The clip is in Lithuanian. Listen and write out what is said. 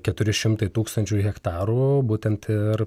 keturi šimtai tūkstančių hektarų būtent ir